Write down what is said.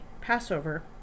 Passover